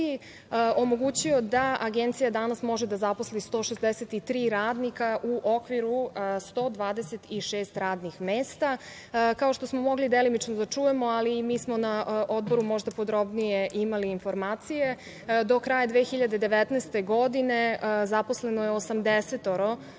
omogućio da Agencija danas može da zaposli 163 radnika u okviru 126 radnih mesta. Kao što smo mogli delimično da čujemo, ali i mi smo na Odboru možda podrobnije imali informacije, do kraja 2019. godine zaposleno je